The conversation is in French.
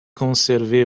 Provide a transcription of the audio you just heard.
conservée